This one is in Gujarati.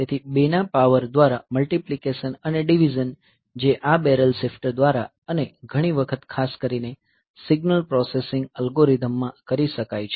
તેથી 2 ના પાવર દ્વારા મલ્ટીપ્લીકેશન અને ડીવીઝન જે આ બેરલ શિફ્ટર દ્વારા અને ઘણી વખત ખાસ કરીને સિગ્નલ પ્રોસેસિંગ અલ્ગોરિધમ્સ માં કરી શકાય છે